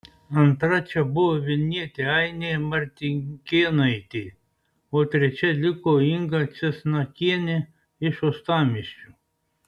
antra čia buvo vilnietė ainė martinkėnaitė o trečia liko inga česnakienė iš uostamiesčio